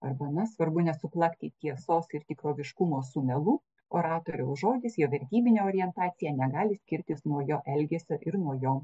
arba na svarbu nesuplakti tiesos ir tikroviškumo su melu oratoriaus žodis jo vertybinė orientacija negali skirtis nuo jo elgesio ir nuo jo